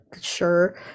sure